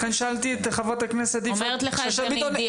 לכן שאלתי את חברת הכנסת יפעת שאשא ביטון